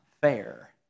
fair